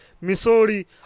Missouri